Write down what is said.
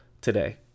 today